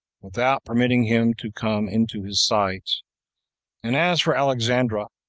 without permitting him to come into his sight and as for alexandra,